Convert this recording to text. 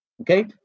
Okay